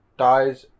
ties